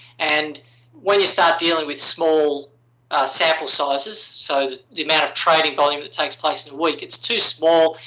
and when you start dealing with small sample sizes, so the amount trading volume that takes place in a week, it's too small.